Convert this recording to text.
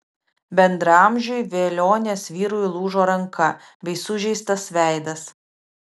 bendraamžiui velionės vyrui lūžo ranka bei sužeistas veidas